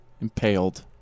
impaled